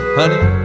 honey